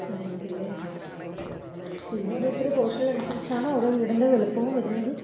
അങ്ങനെ പിന്നെ പിന്നെ നുസരിച്ചാണ് ഓരോ വീടിൻ്റെ വലുപ്പവും വരുന്നത്